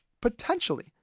potentially